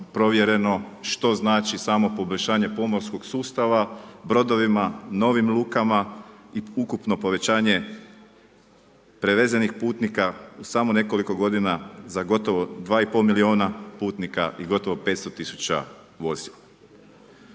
što znači samo poboljšanje pomorskog sustava brodovima, novim lukama i ukupno povećanje prevezenih putnika samo nekoliko godina za gotovo 2,5 miliona putnika i gotovo 500 tisuća vozila.